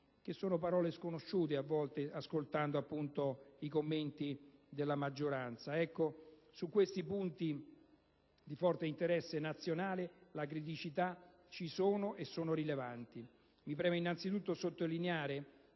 che sono parole sconosciute, a volte, ascoltando i commenti della maggioranza. Su questi punti di forte interesse nazionale le criticità ci sono, e sono rilevanti. Mi preme innanzitutto sottolineare